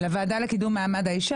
בוועדה לקידום מעמד האישה.